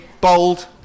bold